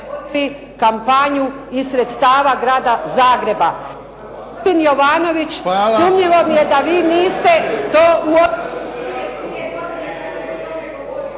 kampanju iz sredstava Grada Zagreba. Gospodine Jovanović sumnjivo mi je da vi to niste uočili